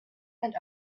and